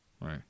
right